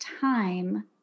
time